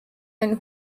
ein